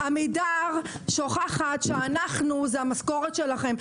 עמידר שוכחת שאנחנו זה המשכורות שלכם,